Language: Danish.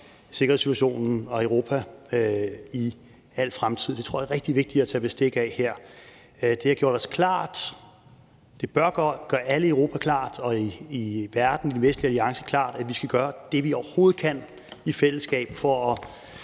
sikkerhedssituationen og Europa i al fremtid. Det tror jeg er rigtig vigtigt at tage bestik af her. Det har gjort os det klart, det bør gøre alle i Europa og i verden, i den vestlige alliance det klart, at vi skal gøre det, vi overhovedet kan i fællesskab for at